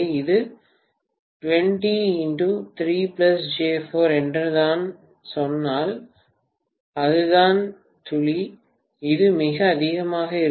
இது 20 3 j4 என்று நான் சொன்னால் அதுதான் துளி இது மிக அதிகமாக உள்ளது